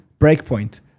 Breakpoint